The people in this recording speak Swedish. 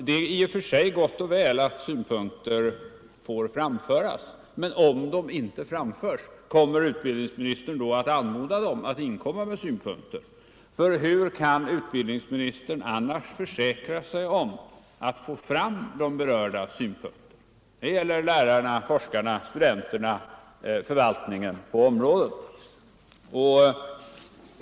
Det är i och för sig gott och väl att synpunkter får framföras, men om de inte framförs, tänker utbildningsministern då anmoda de berörda att komma med synpunkter? Hur kan utbildningsministern annars försäkra sig om att få fram de berördas synpunkter? Det gäller lärarna, forskarna, studenterna och förvaltningen på området.